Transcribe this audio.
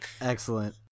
Excellent